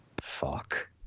Fuck